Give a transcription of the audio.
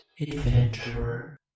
adventurer